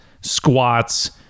squats